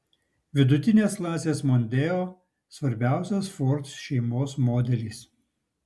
vidutinės klasės mondeo svarbiausias ford šeimos modelis